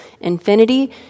infinity